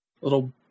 little